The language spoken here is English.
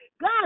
God